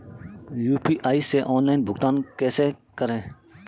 UPI से online भुगतान कैसे करें?